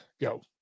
Go